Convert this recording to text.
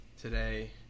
today